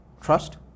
trust